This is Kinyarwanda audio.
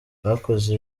bakoze